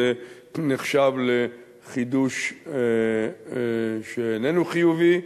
זה נחשב לחידוש שאיננו חיובי.